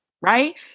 right